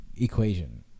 equation